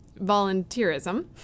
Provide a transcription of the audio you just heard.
volunteerism